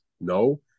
No